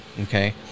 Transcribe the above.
okay